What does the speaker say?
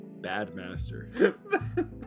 Badmaster